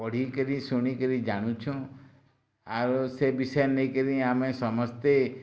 ପଢ଼ିକିରି ଶୁଣିକିରି ଯାଣୁଛୁଁ ଆଉ ସେ ବିଷୟରେ ନେଇକିରି ଆମେ ସମସ୍ତେ